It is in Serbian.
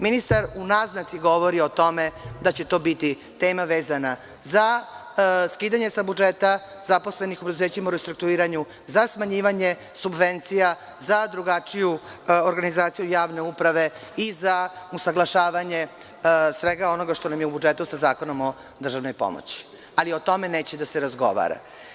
Ministar u naznaci govori o tome da će to biti tema vezana za skidanje sa budžeta zaposlenih u preduzećima u restruktuiriranju, za smanjivanje subvencija, za drugačiju organizaciju javne uprave i za usaglašavanje svega onoga što nam je u budžetu sa zakonom o državnoj pomoći, ali, o tome neće da se razgovara.